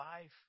life